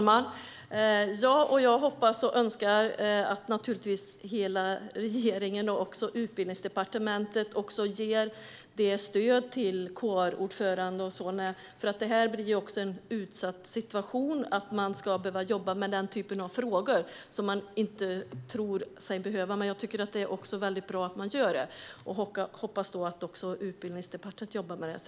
Herr talman! Jag hoppas och önskar naturligtvis att hela regeringen och också Utbildningsdepartementet ger stöd till kårordförandena. De hamnar i en utsatt situation när de behöver jobba med denna typ av frågor, som de inte tror sig behöva hantera. Men jag tycker att det är väldigt bra att de gör det och hoppas att också Utbildningsdepartementet jobbar med detta.